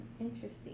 interesting